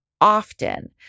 often